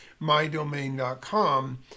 mydomain.com